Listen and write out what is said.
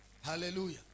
Hallelujah